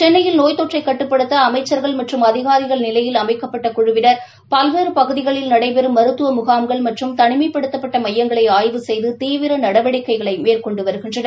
சென்னையில் நோய் தொற்றை கட்டுப்படுத்த அமைச்சர்கள் மற்றும் அதிகாரிகள் நிலையில் அமைக்கப்பட்ட குழுவினா் பல்வேறு பகுதிகளில் நடைபெறும் மருத்துவ முகாம்கள் மற்றும் தளிமைப்படுத்தப்பட்ட மையங்களை ஆய்வு செய்து தீவிர நடவடிக்கை மேற்கொண்டு வருகின்றனர்